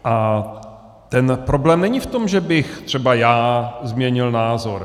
A problém není v tom, že bych třeba já změnil názor.